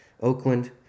Oakland